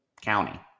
county